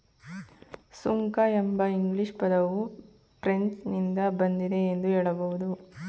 ಸುಂಕ ಎಂಬ ಇಂಗ್ಲಿಷ್ ಪದವು ಫ್ರೆಂಚ್ ನಿಂದ ಬಂದಿದೆ ಎಂದು ಹೇಳಬಹುದು